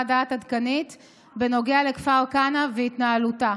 דעת עדכנית בנוגע לכפר כנא והתנהלותה.